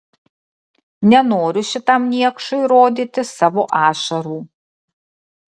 nenoriu šitam niekšui rodyti savo ašarų